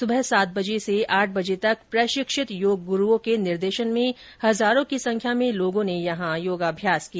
सुबह सात से आठ बजे तक प्रशिक्षित योग गुरूओं के निर्देशन में हजारों की संख्या में लोगों ने यहां योग अभ्यास किया